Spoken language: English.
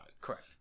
correct